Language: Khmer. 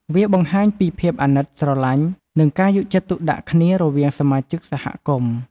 វាបង្ហាញពីភាពអាណិត ស្រលាញ់ និងការយកចិត្តទុកដាក់គ្នារវាងសមាជិកសហគមន៍។